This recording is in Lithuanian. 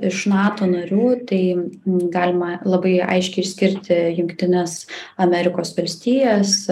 iš nato narių tai galima labai aiškiai išskirti jungtines amerikos valstijas